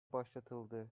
başlatıldı